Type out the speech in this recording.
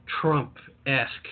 Trump-esque